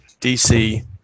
DC